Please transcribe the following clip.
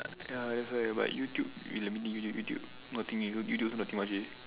ya that's why but YouTube wait let me think YouTube nothing eh video also nothing much leh